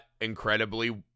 incredibly